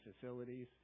facilities